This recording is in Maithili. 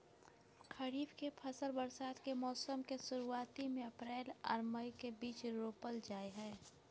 खरीफ के फसल बरसात के मौसम के शुरुआती में अप्रैल आर मई के बीच रोपल जाय हय